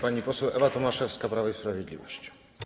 Pani poseł Ewa Tomaszewska, Prawo i Sprawiedliwość.